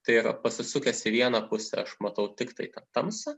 tai yra pasisukęs į vieną pusę aš matau tiktai tą tamsą